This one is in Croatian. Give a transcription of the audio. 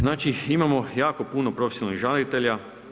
Znači imamo jako puno profesionalnih žalitelja.